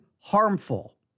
harmful